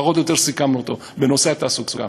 פחות או יותר סיכמנו אותו: בנושא התעסוקה.